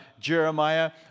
Jeremiah